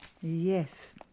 yes